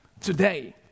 today